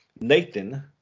Nathan